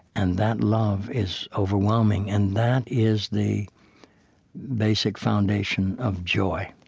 and that love is overwhelming. and that is the basic foundation of joy.